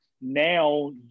Now